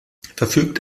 verfügt